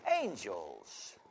angels